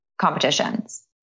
competitions